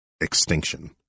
Extinction